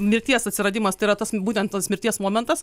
mirties atsiradimas tai yra tas būtent tas mirties momentas